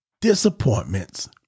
disappointments